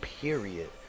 period